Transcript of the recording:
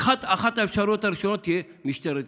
העתידית שלו אחת האפשריות תהיה משטרת ישראל,